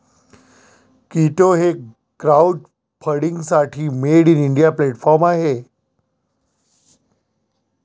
कीटो हे क्राउडफंडिंगसाठी made in India platform आहे